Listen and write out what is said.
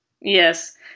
Yes